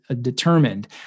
determined